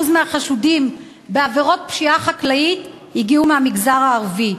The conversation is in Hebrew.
מהחשודים בעבירות פשיעה חקלאית הגיעו מהמגזר הערבי.